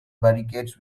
barricades